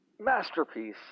masterpiece